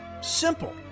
Simple